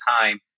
time